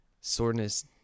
soreness